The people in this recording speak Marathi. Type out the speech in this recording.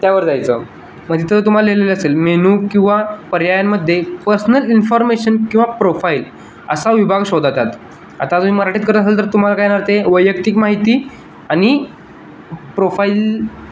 त्यावर जायचं मग तिथं तुम्हाला लिहिलेलं असेल मेनू किंवा पर्यायांमध्ये पर्सनल इन्फॉर्मेशन किंवा प्रोफाईल असा विभाग शोधा त्यात आता तुम्ही मराठीत करत असाल तर तुम्हाला काय येणार ते वैयक्तिक माहिती आणि प्रोफाईल